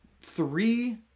three